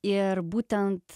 ir būtent